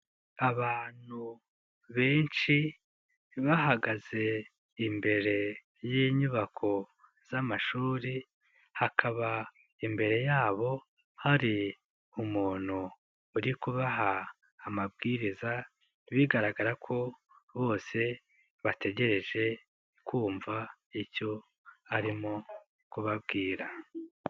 Abantu benshi bahagaze imbere y'inyubako z'amashuri hakaba imbere yabo hari umuntu uri kubaha amabwiriza bigaragara ko bose bategereje kumva icyo arimo kubabwira.